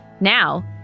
Now